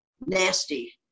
nasty